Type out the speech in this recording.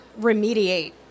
remediate